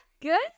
good